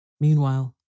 Meanwhile